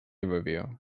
review